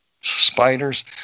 Spiders